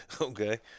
Okay